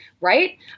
Right